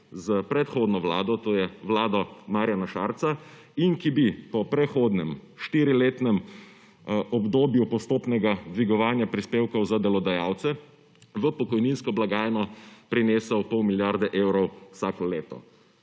s predhodno Vlado, to je Vlado Marjana Šarca, in ki bi po prehodnem štiriletnem obdobju postopnega dvigovanja prispevkov za delodajalce v pokojninsko blagajno prinesel pol milijarde evrov vsako leto.